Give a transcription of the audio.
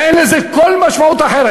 ואין לזה כל משמעות אחרת.